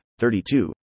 32